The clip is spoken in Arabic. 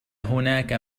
هناك